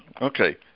Okay